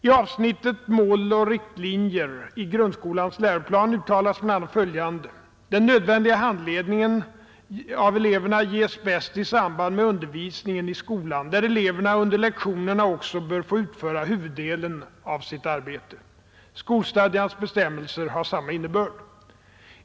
I avsnittet mål och riktlinjer i grundskolans läroplan uttalas bl.a. följande: ”Den nödvändiga handledningen ges bäst i samband med undervisningen i skolan, där eleverna under lektionerna också bör få utföra huvuddelen av sitt arbete.” Skolstadgans bestämmelser har samma innebörd.